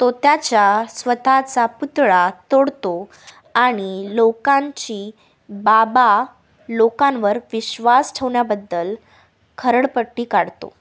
तो त्याच्या स्वतःचा पुतळा तोडतो आणि लोकांची बाबा लोकांवर विश्वास ठेवण्याबद्दल खरडपट्टी काढतो